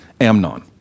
Amnon